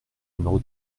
numéro